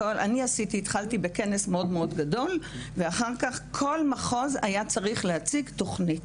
התחלתי בכנס מאוד גדול ואחר כך כל מחוז היה צריך להציג תוכנית.